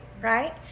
right